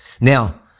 Now